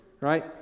Right